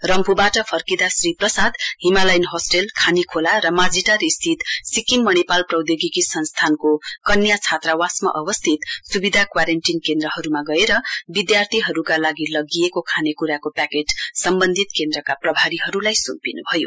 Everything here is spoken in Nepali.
रम्फूबाट फर्किदाँ श्री प्रसाद हिमालयन होस्टेल खानीखोला र माजिटार स्थित सिक्किम मणिपाल प्रौद्योगिकी संस्थानको कन्या छात्रावासमा अवस्थित सुविधा क्वारेन्टीन केन्द्रहरूमा गएर विद्यार्थीहरूका लागि लगिएको खानेकुराको प्याकेट सम्वन्धित केन्द्रका प्रभारीहरूलाई सुम्पिनु भयो